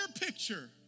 picture